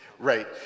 Right